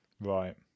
Right